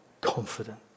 confident